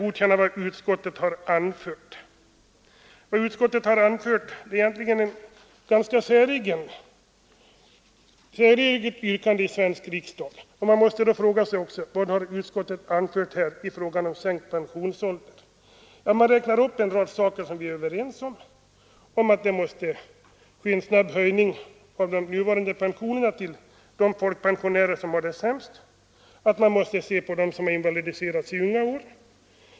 Och vad utskottet anfört är egentligen ett ganska säreget yttrande i svensk riksdag. Man måste fråga sig: Vad har utskottet anfört i fråga om sänkt pensionsålder? Man räknar upp en rad saker som vi är överens om: Att det måste ske en snabb höjning av de nuvarande pensionerna till de folkpensionärer som har det sämst, att man måste se på dem som har invalidiserats i unga år.